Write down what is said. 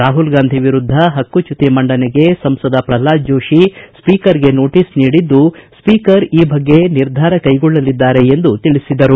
ರಾಹುಲ್ ಗಾಂಧಿ ವಿರುದ್ಧ ಪಕ್ಕುಚ್ಶುತಿ ಮಂಡನೆಗೆ ಸಂಸದ ಪ್ರಲ್ನಾದ್ ಜೋಶಿ ಸ್ಪೀಕರ್ಗೆ ನೋಟಸ್ ನೀಡಿದ್ದು ಸ್ಪೀಕರ್ ಈ ಬಗ್ಗೆ ನಿರ್ಧಾರ ಕೈಗೊಳ್ಳಲಿದ್ದಾರೆ ಎಂದು ತಿಳಿಸಿದರು